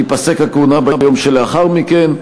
תיפסק הכהונה ביום שלאחר מכן.